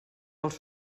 els